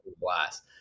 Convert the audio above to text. blast